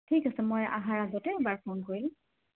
ঠিক আছে মই অহাৰ আগতে এবাৰ ফোন কৰিম